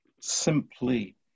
simply